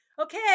Okay